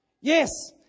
yes